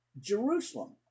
Jerusalem